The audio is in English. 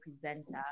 presenter